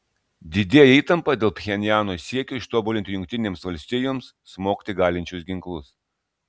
didėja įtampa dėl pchenjano siekio ištobulinti jungtinėms valstijoms smogti galinčius ginklus